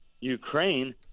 Ukraine